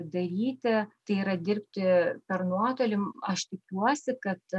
daryti tai yra dirbti per nuotolį aš tikiuosi kad